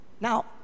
Now